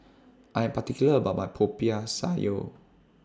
I Am particular about My Popiah Sayur